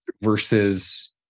versus